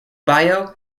bayeux